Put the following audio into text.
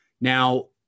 Now